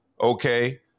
okay